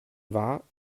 war